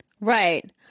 Right